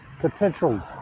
potential